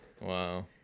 wow